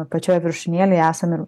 pačioj viršūnėlėje esam ir